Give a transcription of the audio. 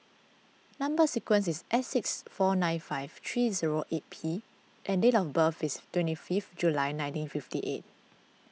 Number Sequence is S six four nine five three zero eight P and date of birth is twenty fifth July nineteen fifty eight